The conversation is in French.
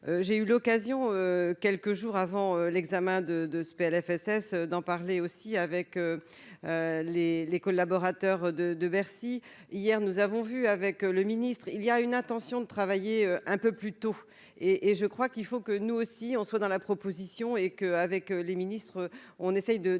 j'ai eu l'occasion, quelques jours avant l'examen de de ce PLFSS d'en parler aussi avec les les collaborateurs de de Bercy, hier nous avons vu avec le ministre, il y a une intention de travailler un peu plus tôt et et je crois qu'il faut que nous aussi on se voit dans la proposition et que, avec les ministres, on essaie de